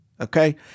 okay